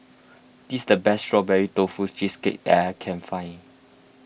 this is the best Strawberry Tofu Cheesecake that I can find